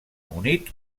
unit